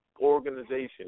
Organization